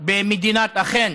אכן,